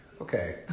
Okay